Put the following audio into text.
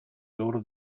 loro